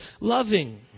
loving